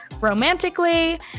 romantically